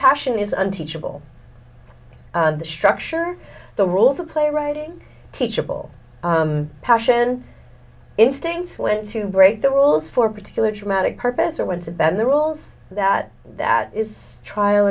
passion is unteachable structure the rules of play writing teachable passion instincts when to break the rules for particular dramatic purpose or went to bend the rules that that is trial